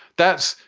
that's,